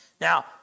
Now